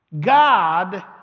God